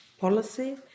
policy